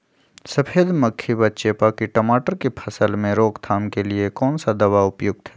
सफेद मक्खी व चेपा की टमाटर की फसल में रोकथाम के लिए कौन सा दवा उपयुक्त है?